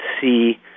see